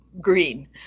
green